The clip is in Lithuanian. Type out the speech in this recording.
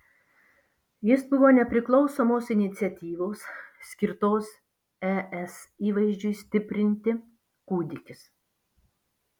jis buvo nepriklausomos iniciatyvos skirtos es įvaizdžiui stiprinti kūdikis